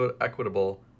equitable